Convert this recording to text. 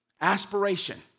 aspiration